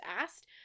asked